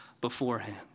beforehand